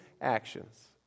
actions